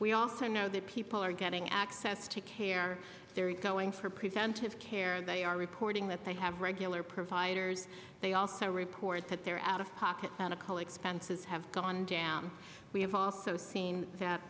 we also know that people are getting access to care they're going for preventive care they are reporting that they have regular providers they also report that they're out of pocket medical expenses i have gone down we have also seen that